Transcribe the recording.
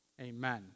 Amen